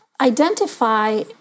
identify